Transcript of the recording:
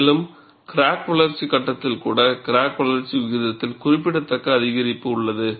மேலும் கிராக் வளர்ச்சி கட்டத்தில் கூட கிராக் வளர்ச்சி விகிதத்தில் குறிப்பிடத்தக்க அதிகரிப்பு உள்ளது